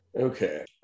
Okay